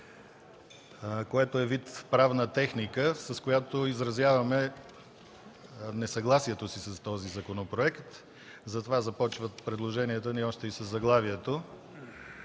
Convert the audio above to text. което е вид правна техника, с която изразяваме несъгласието си с този законопроект – затова започват предложенията ни още със заглавието.